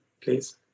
please